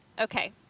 Okay